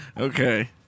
Okay